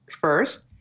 first